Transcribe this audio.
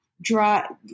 draw